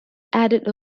added